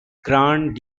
grand